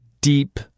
deep